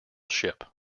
ship